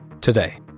Today